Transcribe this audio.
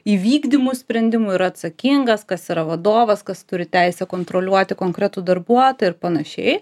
įvykdymų sprendimų yra atsakingas kas yra vadovas kas turi teisę kontroliuoti konkretų darbuotoją ir panašiai